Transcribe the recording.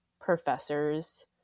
professors